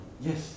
Yes